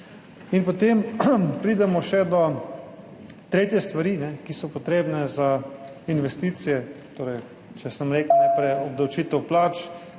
In potem pridemo še do tretje stvari, ki so potrebne za investicije, torej, če sem rekel / znak za